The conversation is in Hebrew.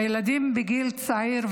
הילדים בגיל צעיר,